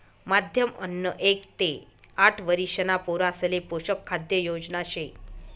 माध्यम अन्न एक ते आठ वरिषणा पोरासले पोषक खाद्य योजना शे